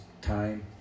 time